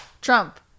Trump-